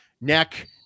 neck